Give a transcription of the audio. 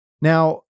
Now